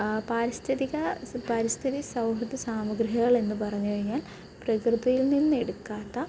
പാരിസ്ഥിതിക പാരിസ്ഥിതിക സൗഹൃദ സാമഗ്രഹികള് എന്ന് പറഞ്ഞു കഴിഞ്ഞാല് പ്രകൃതിയില് നിന്നെടുക്കാത്ത